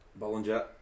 Bollinger